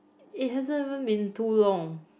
it hasn't even been too long